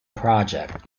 project